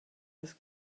des